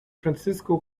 francisco